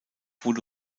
wurde